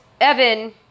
Evan